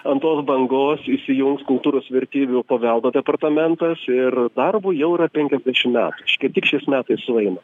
ant tos bangos įsijungs kultūros vertybių paveldo departamentas ir darbui jau yra penkiasdešimt metų kaip tik šiais metais sueina